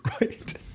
Right